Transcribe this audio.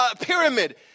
pyramid